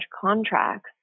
contracts